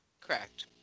Correct